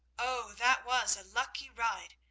oh, that was a lucky ride!